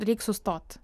reik sustot